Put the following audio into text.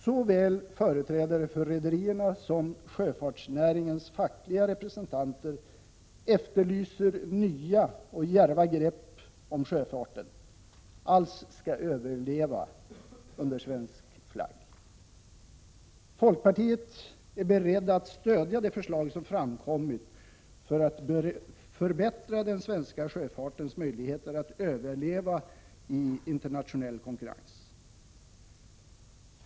Såväl företrädare för rederierna som sjöfartsnäringens fackliga representanter efterlyser nya och djärva grepp om sjöfarten alls skall kunna överleva under svensk flagg. Folkpartiet är berett att stödja de förslag som framkommit för att förbättra den svenska sjöfartens möjligheter att överleva i internationell konkurrens.